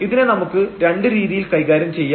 ഇതിനെ നമുക്ക് രണ്ടു രീതിയിൽ കൈകാര്യം ചെയ്യാം